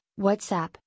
WhatsApp